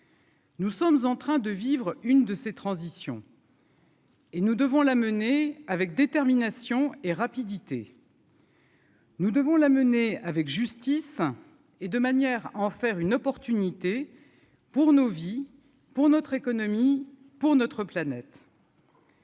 Nous sommes en train de vivre une de ces transitions. Et nous devons la mener avec détermination et rapidité. Nous devons l'amener avec justice et de manière, en faire une opportunité pour nos vies pour notre économie, pour notre planète.